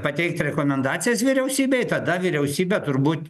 pateikt rekomendacijas vyriausybei tada vyriausybė turbūt